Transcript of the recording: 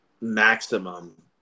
maximum